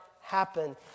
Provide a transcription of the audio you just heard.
happen